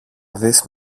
δεις